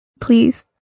Please